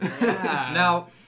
Now